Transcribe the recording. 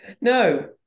No